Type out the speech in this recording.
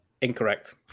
Incorrect